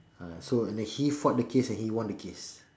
ah so and then he fought the case and he won the case